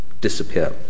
disappear